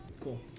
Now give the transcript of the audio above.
Cool